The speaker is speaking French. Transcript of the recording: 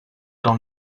dans